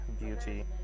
beauty